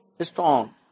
strong